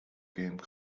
game